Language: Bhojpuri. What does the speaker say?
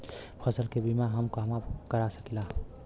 फसल के बिमा हम कहवा करा सकीला?